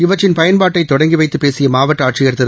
இவற்றின் பயன்பாட்டை தொடங்கி வைத்து பேசிய மாவட்ட ஆட்சியர் திரு